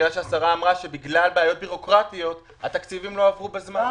כי השרה אמרה שבגלל בעיות בירוקרטיות התקציבים לא עברו בזמן.